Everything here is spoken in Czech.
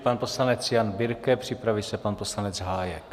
Pan poslanec Jan Birke, připraví se pan poslanec Hájek.